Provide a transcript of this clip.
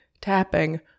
tapping